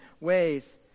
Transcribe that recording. ways